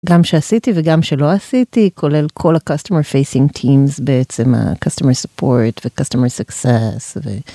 גם שעשיתי וגם שלא עשיתי כולל כל ה-customer facing teams בעצם ה-customer support ו-customer success ו...